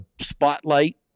spotlight